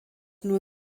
nur